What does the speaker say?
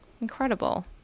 Incredible